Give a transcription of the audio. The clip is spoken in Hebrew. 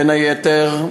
בין היתר,